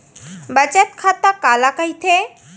बचत खाता काला कहिथे?